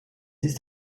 ist